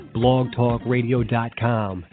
blogtalkradio.com